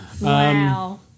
Wow